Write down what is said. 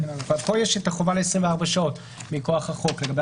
אבל פה יש החובה ל-24 שעות מכוח החוק לגבי